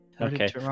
Okay